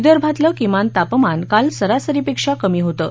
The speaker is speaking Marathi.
विदर्भातलं किमान तापमान काल सरासरीपेक्षा कमी होतं